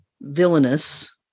villainous